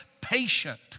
patient